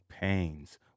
pains